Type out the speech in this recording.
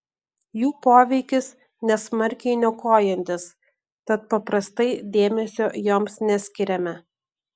jų poveikis nesmarkiai niokojantis tad paprastai dėmesio joms neskiriame